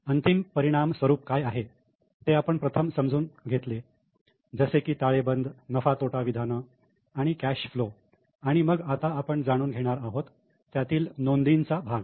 अंतिम परिणाम स्वरूप काय आहे ते आपण प्रथम समजून घेतले जसे की ताळेबंद नफा तोटा विधान आणि कॅश फ्लो आणि मग आता आपण जाणून घेणार आहोत त्यातील नोंदींचा भाग